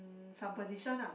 uh some position ah